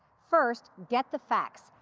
first, get the facts.